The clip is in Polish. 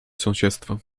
sąsiedztwo